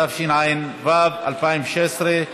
התשע"ו 2016,